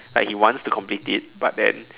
like he wants to complete it but then